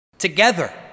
Together